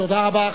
תודה רבה.